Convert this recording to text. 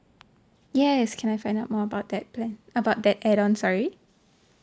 yes can I find out more about that plan about that add on sorry